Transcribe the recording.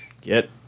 Get